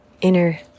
inner